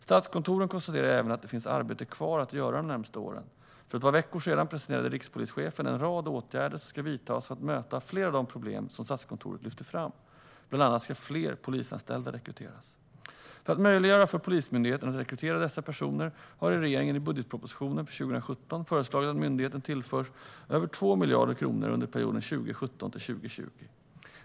Statskontoret konstaterar även att det finns arbete kvar att göra de närmaste åren. För ett par veckor sedan presenterade rikspolischefen en rad åtgärder som ska vidtas för att möta flera av de problem som Statskontoret lyfter fram. Bland annat ska fler polisanställda rekryteras. För att möjliggöra för Polismyndigheten att rekrytera dessa personer har regeringen i budgetpropositionen för 2017 föreslagit att myndigheten tillförs över 2 miljarder kronor under perioden 2017-2020.